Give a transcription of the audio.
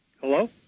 Hello